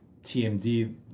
TMD